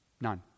None